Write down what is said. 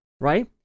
right